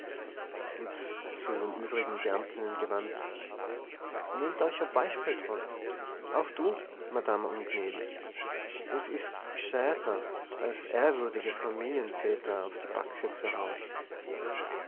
und zu den übrigen beamtinnen gewandt nemmt euch e beispiel draa aach du madamm ungnädig des is gescheiter als ehrwerdige familjevätter uff de backe zu haage